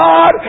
God